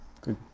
good